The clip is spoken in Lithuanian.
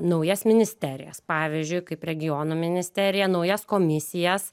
naujas ministerijas pavyzdžiui kaip regionų ministerija naujas komisijas